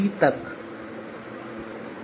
और इसी तरह v2b और vnb तक